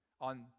on